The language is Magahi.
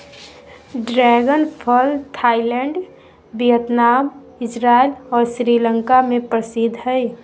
ड्रैगन फल थाईलैंड वियतनाम, इजराइल और श्रीलंका में प्रसिद्ध हइ